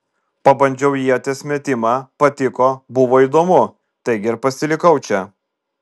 pabandžiau ieties metimą patiko buvo įdomu taigi ir pasilikau čia